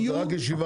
זאת רק ישיבה